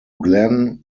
glen